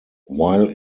while